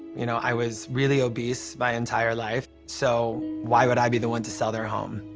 you know, i was really obese my entire life, so, why would i be the one to sell their home?